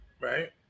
right